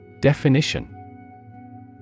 Definition